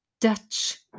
Dutch